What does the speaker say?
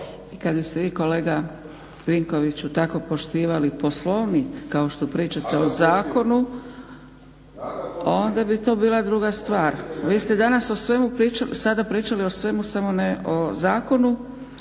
Kad biste vi kolega Vinkoviću tako poštivali Poslovnik kao što pričate o zakonu onda bi to bila druga stvar. … /Upadica se ne razumije./ … Vi ste sada pričali o svemu, samo ne o zakonu,